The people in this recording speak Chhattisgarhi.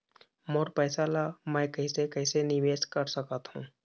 मोर पैसा ला मैं कैसे कैसे निवेश कर सकत हो?